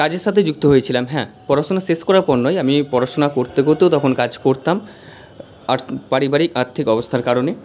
কাজের সাথে যুক্ত হয়েছিলাম হ্যাঁ পড়াশুনা শেষ করার পর নয় আমি পড়াশুনা করতে করতেও তখন কাজ করতাম আথ পারিবারিক আর্থিক অবস্থার কারণে